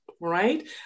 right